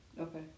Okay